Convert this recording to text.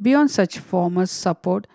beyond such formal support